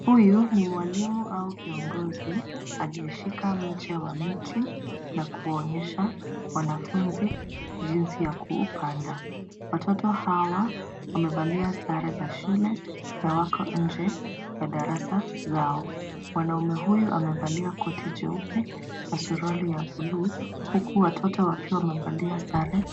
Huyu ni mwalimu au kiongozi aliyeshika mche wa miti na kuonesha wanafunzi jinsi ya kuupanda. Watoto hawa wamevalia sare za shule za na wako nje ya darasa zao. Mwnaume huyu amevalia koti jeupe na suruali ya buluu huku watoto wakiwa wamevalia sare